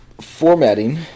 formatting